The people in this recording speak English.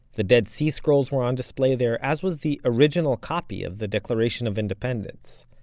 the dead sea scrolls were on display there, as was the original copy of the declaration of independence.